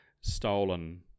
stolen